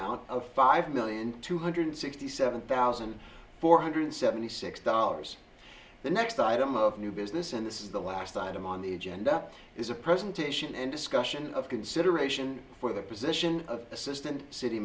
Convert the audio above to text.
nt of five million two hundred sixty seven thousand four hundred seventy six dollars the next item of new business and this is the last item on the agenda is a presentation and discussion of consideration for the position of assistant city